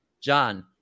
John